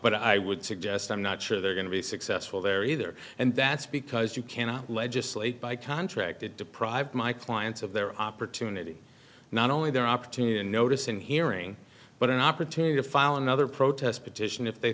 but i would suggest i'm not sure they're going to be successful there either and that's because you cannot legislate by contract to deprive my clients of their opportunity not only their opportunity notice in hearing but an opportunity to file another protest petition if they